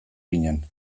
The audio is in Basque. ginen